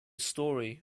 story